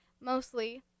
mostly